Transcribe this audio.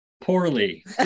Poorly